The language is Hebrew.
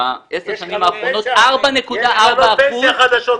בעשר השנים האחרונות זה 4.4% --- שר העבודה,